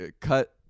cut